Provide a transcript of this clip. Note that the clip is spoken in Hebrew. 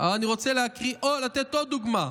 אני רוצה לתת עוד דוגמה,